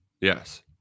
yes